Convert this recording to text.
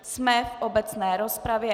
Jsme v obecné rozpravě.